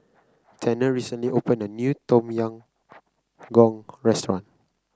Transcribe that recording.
Tanner recently opened a new Tom Yam Goong restaurant